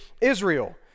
Israel